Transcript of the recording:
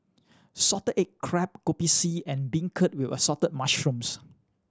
salted egg crab Kopi C and beancurd with Assorted Mushrooms